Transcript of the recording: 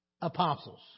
apostles